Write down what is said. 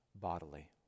bodily